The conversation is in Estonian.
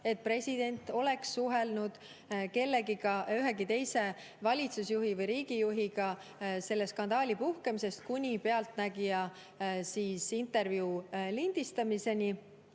et president oleks suhelnud ühegi teise valitsusjuhi või riigijuhiga selle skandaali puhkemisest kuni "Pealtnägija" intervjuu lindistamiseni.